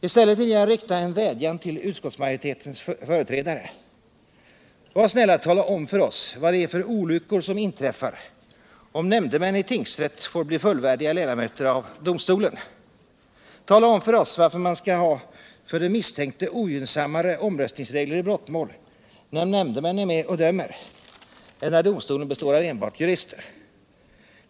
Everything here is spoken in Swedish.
I stället vill jag rikta en vädjan till utskottsmajoritetens företrädare: Var snälla och tala om för oss vad det är för olyckor som inträffar om nämndemän i tingsrätt får bli fullvärdiga ledamöter av domstolen. Tala om för oss varför man skall ha för den misstänkte ogynnsam mare omröstningsregler i brottmål när nämndemän är med och dömer än när domstolen består av enbart jurister.